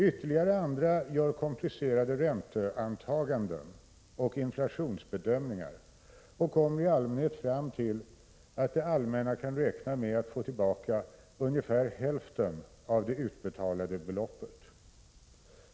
Ytterligare andra gör komplicerade ränteantaganden och inflationsbedömningar och kommer i allmänhet fram till att det allmänna kan räkna med att få tillbaka ungefär hälften av det utbetalade beloppet.